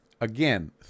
Again